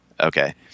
okay